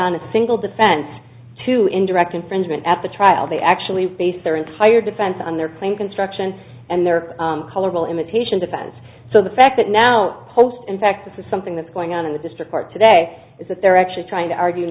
on a single defense to indirect infringement at the trial they actually based their entire defense on their claim construction and their colorful imitation defense so the fact that now hosts in fact this is something that's going on in the district court today is that they're actually trying to argue